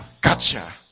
gotcha